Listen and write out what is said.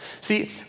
See